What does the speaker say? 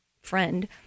friend